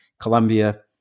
Colombia